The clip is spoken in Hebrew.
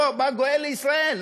בא גואל לישראל,